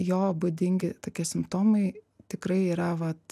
jo būdingi tokie simptomai tikrai yra vat